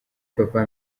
papa